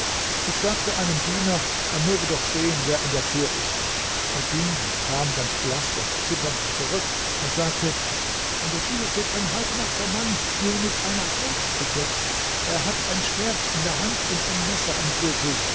ich sagte einem diener er möge doch sehen wer an der tür ist er ging und kam ganz blaß und zitternd zurück und sagte an der tür steht ein halbnackter mann nur mit einer haut bedeckt er hat ein schwert in der hand und ein messer im gürtel